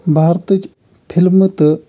بارتٕچ فِلمہٕ تہٕ